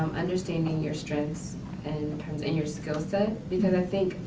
um understanding your strengths and and your skill set because i think,